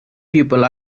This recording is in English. people